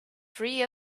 free